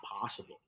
possible